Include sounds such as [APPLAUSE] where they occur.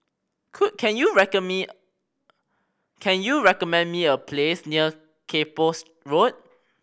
could can you [UNINTELLIGIBLE] me can you recommend me a place near Kay Poh's Road